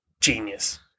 Genius